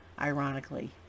ironically